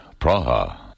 Praha